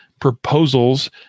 proposals